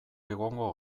egongo